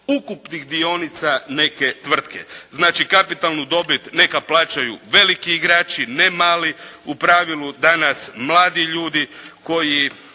ukupnih dionica neke tvrtke. Znači kapitalnu dobit neka plaćaju veliki igrači ne mali. U pravilu danas mladi ljudi koji